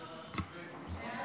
לצערי.